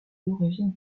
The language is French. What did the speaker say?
d’origine